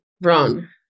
run